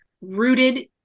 rooted